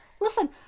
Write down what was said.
Listen